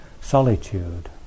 solitude